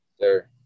Sir